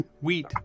Wheat